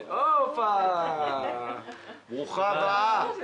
ברוכה הבאה.